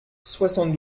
soixante